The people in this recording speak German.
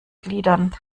gliedern